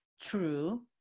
true